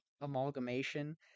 amalgamation